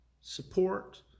support